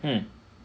mm